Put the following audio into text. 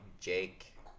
Jake